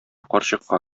карчыкка